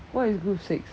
what is group six